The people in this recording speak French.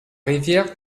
rivière